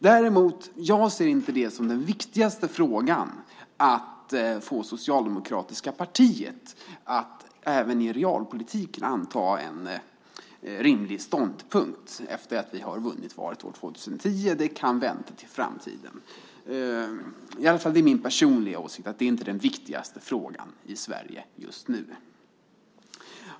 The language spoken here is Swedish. Däremot ser jag det inte som den viktigaste frågan att få det socialdemokratiska partiet att även i realpolitiken anta en rimlig ståndpunkt efter att vi har vunnit valet 2010. Det kan vänta till framtiden. Det är min personliga åsikt att det inte är den viktigaste frågan i Sverige just nu.